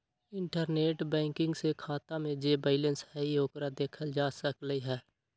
internet banking से खाता में जे बैलेंस हई ओकरा देखल जा सकलई ह